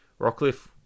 Rockcliffe